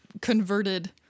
converted